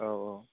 औ औ